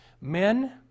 Men